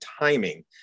timing